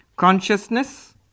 Consciousness